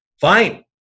fine